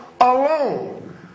alone